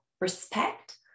Respect